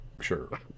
Sure